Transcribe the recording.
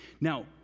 Now